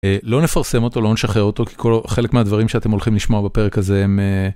אה, לא נפרסם אותו, לא נשחרר אותו, כי כל... חלק מהדברים שאתם הולכים לשמוע בפרק הזה הם אה...